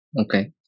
Okay